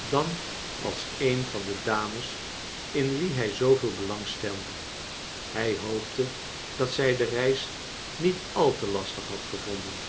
dan als een van de dames in wie hij zooveel belang stelde hij hoopte dat zij de reis niet al te lasiig had gevonden